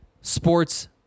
sports